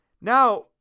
Now